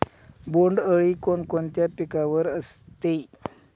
बोंडअळी कोणकोणत्या पिकावर असते?